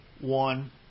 one